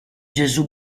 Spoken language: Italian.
gesù